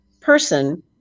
person